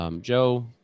Joe